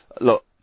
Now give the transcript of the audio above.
Look